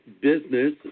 business